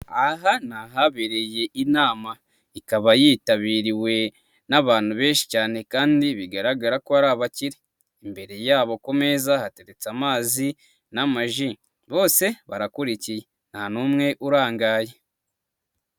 Aha ni ahabiriye inama ikaba yitabiriwe n'abantu benshi cyane kandi bigaragara ko imbere yabo ku meza hateretse amazi n'amaji, bose barakurikiye nta n'umwe urangaye.